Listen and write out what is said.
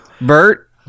Bert